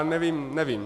Nevím, nevím.